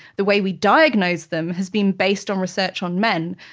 the way we diagnose them has been based on research on men,